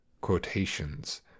quotations